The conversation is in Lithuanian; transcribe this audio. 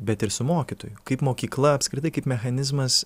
bet ir su mokytoju kaip mokykla apskritai kaip mechanizmas